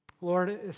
Lord